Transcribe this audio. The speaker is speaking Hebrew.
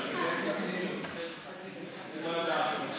לתפוס כל אחד את מקומו,